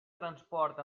transport